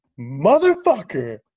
Motherfucker